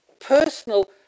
personal